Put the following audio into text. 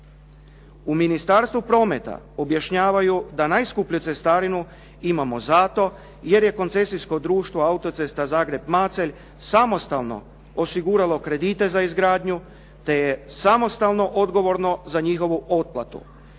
U Ministarstvu prometa objašnjavaju da najskuplju cestarinu imamo zato jer je Koncesijsko društvo autocesta Zagreb-Macelj samostalno osigurao kredite za izgradnju, te je samostalno odgovorno za njihovu otplatu.